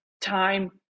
time